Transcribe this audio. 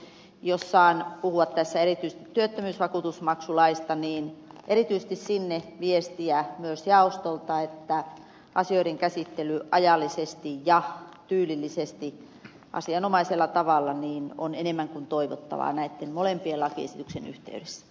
jos saan puhua tässä erityisesti työttömyysvakuutusmaksulaista niin erityisesti sinne viestiä myös jaostolta että asioiden käsittely ajallisesti ja tyylillisesti asianomaisella tavalla on enemmän kuin toivottavaa näitten molempien lakiesityksien yhteydessä